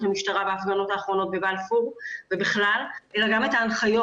המשטרה בהפגנות האחרונות בבלפור ובכלל אלא גם את ההנחיות